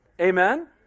Amen